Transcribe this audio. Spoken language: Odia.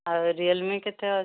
ରିୟଲମି କେତେ ଅଛି